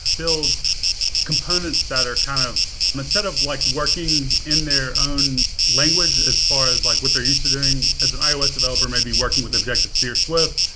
build components that are kind of instead of like working in their own language as far as like what they're used to doing, as an ios developer, maybe working with objective-c or swift,